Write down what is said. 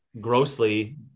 grossly